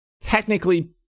technically